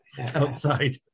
outside